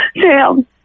Sam